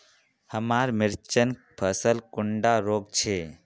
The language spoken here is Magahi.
हमार मिर्चन फसल कुंडा रोग छै?